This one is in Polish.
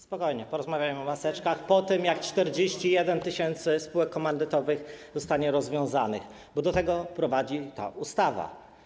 Spokojnie, porozmawiamy o maseczkach po tym, jak 41 tys. spółek komandytowych zostanie rozwiązanych, bo do tego prowadzi ta ustawa.